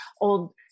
old